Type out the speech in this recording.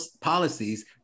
Policies